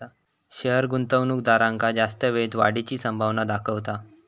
share गुंतवणूकदारांका जास्त वेळेत वाढीची संभावना दाखवता